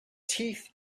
teeth